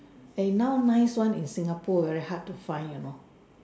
is now nice one is Singapore very hot to find you know